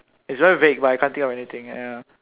it's very vague but I can't think of anything ya